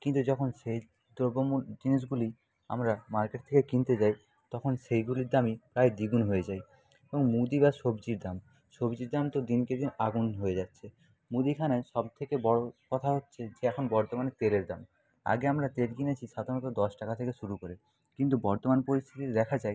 কিন্তু যখন সে দ্রব্য মূ জিনিসগুলি আমরা মার্কেট থেকে কিনতে যাই তখন সেইগুলির দামই প্রায় দ্বিগুণ হয়ে যায় এবং মুদি বা সবজির দাম সবজির দাম তো দিনকে দিন আগুন হয়ে যাচ্ছে মুদিখানায় সব থেকে বড়ো কথা হচ্ছে যে এখন বর্তমানে তেলের দাম আগে আমরা তেল কিনেছি সাধারণত দশ টাকা থেকে শুরু করে কিন্তু বর্তমান পরিস্থিতিতে দেখা যায়